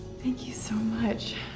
thank you so much.